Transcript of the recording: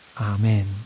Amen